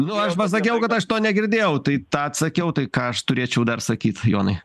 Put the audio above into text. nu aš pasakiau kad aš to negirdėjau tai tą atsakiau tai ką aš turėčiau dar sakyt jonai